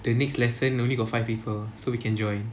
the next lesson only got five people so we can join